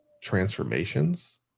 transformations